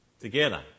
together